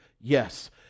Yes